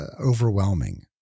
overwhelming